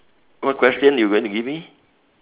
what question you going to give me